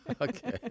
Okay